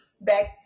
back